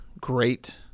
great